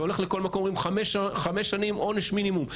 אתה הולך לכל מקום אומרים חמש שנים עונש מינימום.